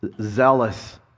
zealous